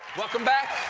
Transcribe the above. welcome back.